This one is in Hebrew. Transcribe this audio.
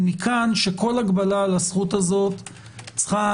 ומכאן שכל הגבלה על הזכות הזו צריכה